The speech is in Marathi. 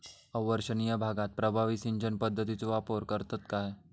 अवर्षणिय भागात प्रभावी सिंचन पद्धतीचो वापर करतत काय?